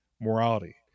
morality